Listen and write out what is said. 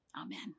amen